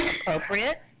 appropriate